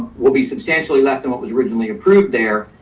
will be substantially less than what was originally approved there.